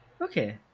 Okay